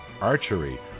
archery